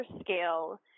scale